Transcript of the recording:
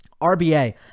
RBA